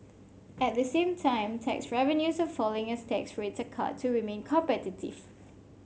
at the same time tax revenues are falling as tax rates are cut to remain competitive